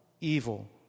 evil